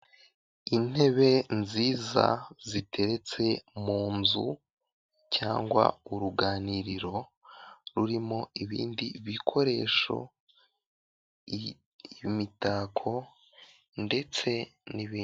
Intebe nziza ziteretse mu nzu cyangwa uruganiriro rurimo ibindi bikoresho, imitako ndetse n'ibindi.